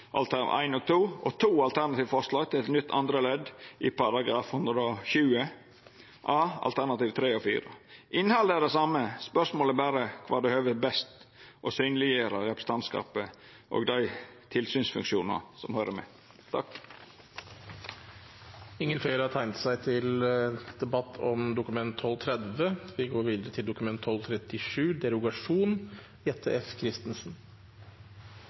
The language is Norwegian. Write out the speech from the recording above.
og 2, og to alternative forslag til eit nytt andre ledd i § 120 a, alternativ 3 og 4. Innhaldet er det same; spørsmålet er berre kvar det høver best å synleggjera representantskapet og dei tilsynsfunksjonane som høyrer med. Flere har ikke bedt om ordet til